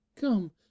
Come